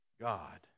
God